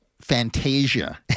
fantasia